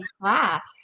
class